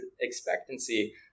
expectancy